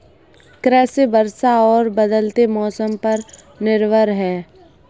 कृषि वर्षा और बदलते मौसम पर निर्भर है